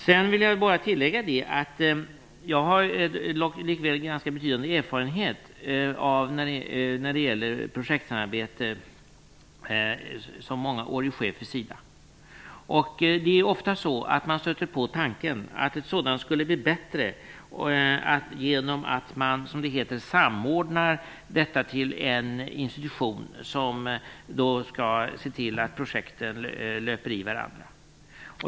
Sedan vill jag bara tillägga att jag har en ganska betydande erfarenhet när det gäller projektsamarbete som mångårig chef för SIDA. Det är ofta man stöter på tanken att ett sådant skulle bli bättre genom att man, som det heter, samordnar detta till en institution som skall se till att projekten löper i varandra.